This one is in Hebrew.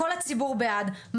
כל הציבור בעד,